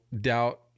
doubt